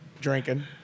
drinking